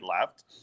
left